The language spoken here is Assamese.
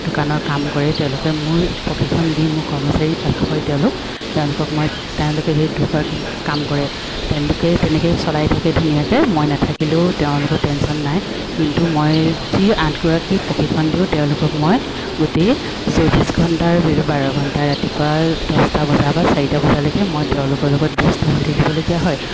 দোকানৰ কাম কৰে তেওঁলোকে মোৰ প্ৰশিক্ষণ দি মোৰ কৰ্মচাৰী হয় তেওঁলোক তেওঁলোকক মই তেওঁলোকে সেই দুগৰাকী কাম কৰে তেওঁলোকে তেনেকে চলাই থাকে ধুনীয়াকে মই নাথাকিলেও তেওঁলোকৰ টেনশ্যন নাই কিন্তু মই যি আঠগৰাকী প্ৰশিক্ষণ দিওঁ তেওঁলোকক মই গোটেই চৌবিছ ঘণ্টাৰ ভিতৰত বাৰ ঘণ্টা ৰাতিপুৱা দছটা বজা বা চাৰিটা বজালেকে মই তেওঁলোকৰ লগত ব্যস্ত হৈ থাকিবলগীয়া হয়